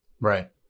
right